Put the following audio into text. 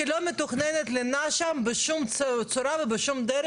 שלא מתוכננת לינה שם בשום צורה ובשום דרך.